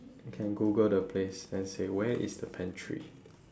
can google the place and say where is the pantry